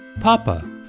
PAPA